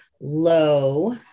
low